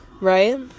right